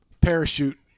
parachute